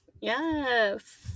Yes